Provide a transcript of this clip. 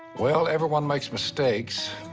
well, everyone makes mistakes,